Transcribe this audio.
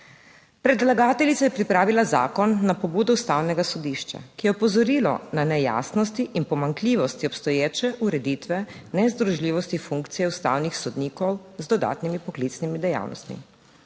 Predlagateljica je pripravila zakon na pobudo Ustavnega sodišča, ki je opozorilo na nejasnosti in pomanjkljivosti obstoječe ureditve, nezdružljivosti funkcije ustavnih sodnikov z dodatnimi poklicnimi dejavnostmi.